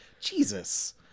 Jesus